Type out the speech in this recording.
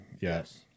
Yes